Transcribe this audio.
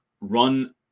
run